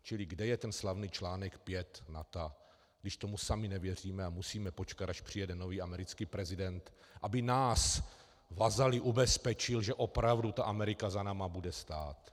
Čili kde je ten slavný článek 5 NATO, když tomu sami nevěříme a musíme počkat, až přijede nový americký prezident, aby nás, vazaly, ubezpečil, že opravdu ta Amerika za námi bude stát?